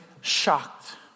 shocked